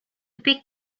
big